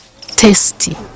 tasty